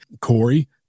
Corey